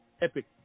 epic